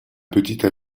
petite